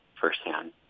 firsthand